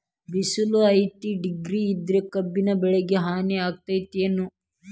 ಬಿಸಿಲ ಐವತ್ತ ಡಿಗ್ರಿ ಇದ್ರ ಕಬ್ಬಿನ ಬೆಳಿಗೆ ಹಾನಿ ಆಕೆತ್ತಿ ಏನ್?